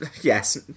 yes